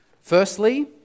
Firstly